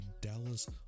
Dallas